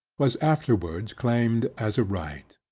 was afterwards claimed as a right.